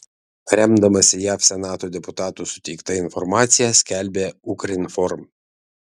remdamasi jav senato deputatų suteikta informacija skelbia ukrinform